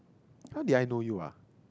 how did I know you ah